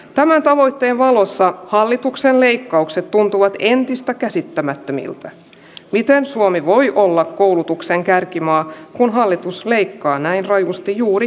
tämän tavoitteen valossa hallituksen leikkaukset tuntuvat entistä käsittämättömiltä mitään suomi voi olla koulutuksen kärkimaa kun hallitus leikkaa näin rajusti juuri